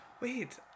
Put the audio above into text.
wait